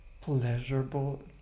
pleasurable